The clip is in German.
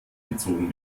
gezogen